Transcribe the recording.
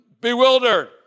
bewildered